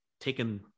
taken